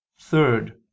Third